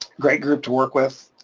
great group to work with.